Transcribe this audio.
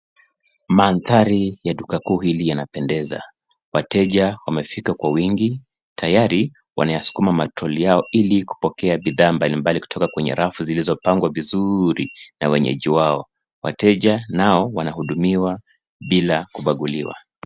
Mandhari ya duka kuu hili yanapendeza. Wateja wamefika kwa wingi tayari wanayasukuma matoroli yao ili kupokea bidhaa mbalimbali kutoka kwenye rafu zilizopangwa vizuri na wenyeji wao. Wateja nao wanahudumiwa bila kubaguliwa.